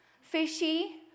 fishy